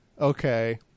okay